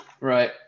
Right